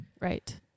Right